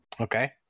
okay